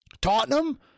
Tottenham